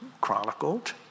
chronicled